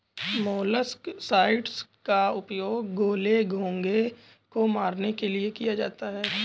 molluscicides का उपयोग गोले, घोंघे को मारने के लिए किया जाता है